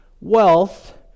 wealth